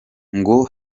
ngo